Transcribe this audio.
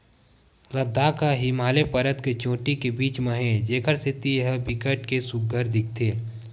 लद्दाख ह हिमालय परबत के चोटी के बीच म हे जेखर सेती ए ह बिकट के सुग्घर दिखथे